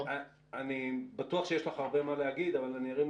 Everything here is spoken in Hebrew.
אני בטוח שיש לך הרבה מה לומר אבל אני אפתח